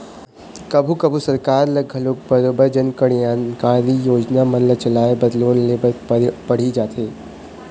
कभू कभू सरकार ल घलोक बरोबर जनकल्यानकारी योजना मन ल चलाय बर लोन ले बर पड़ही जाथे